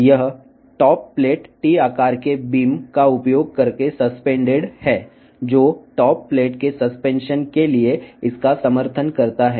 ఈ top plate T ఆకారపు కిరణాలను ఉపయోగించి సస్పెండ్ చేయబడింది ఇది టాప్ ప్లేట్ యొక్క సస్పెన్షన్కు మద్దతు ఇస్తుంది